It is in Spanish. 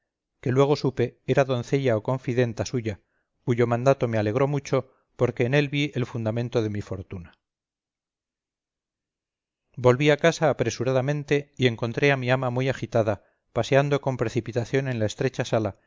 que luego supe era doncella o confidenta suya cuyo mandato me alegró mucho porque en él vi el fundamento de mi fortuna volví a casa apresuradamente y encontré a mi ama muy agitada paseando con precipitación en la estrecha sala